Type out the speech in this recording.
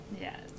Yes